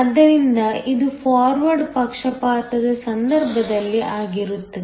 ಆದ್ದರಿಂದ ಇದು ಫಾರ್ವರ್ಡ್ ಪಕ್ಷಪಾತದ ಸಂದರ್ಭದಲ್ಲಿ ಆಗಿರುತ್ತದೆ